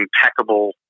impeccable